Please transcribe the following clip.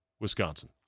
Wisconsin